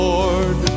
Lord